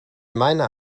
meiner